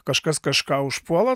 kažkas kažką užpuola